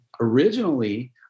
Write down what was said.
originally